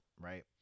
right